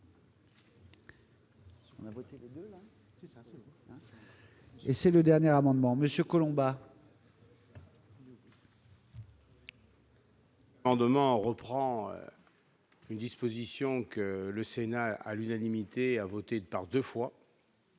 Et c'est le dernier amendement Monsieur Collombat. En demandant reprend une disposition que le Sénat à l'unanimité a voté par 2 fois.